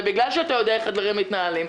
ובגלל שאתה יודע איך הדברים מתנהלים,